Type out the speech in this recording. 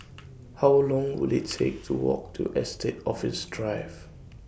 How Long Will IT Take to Walk to Estate Office Drive